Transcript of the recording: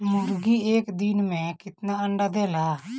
मुर्गी एक दिन मे कितना अंडा देला?